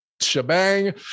shebang